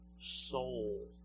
soul